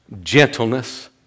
gentleness